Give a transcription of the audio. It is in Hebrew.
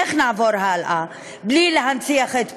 איך נעבור הלאה בלי להנציח את פעולותיו?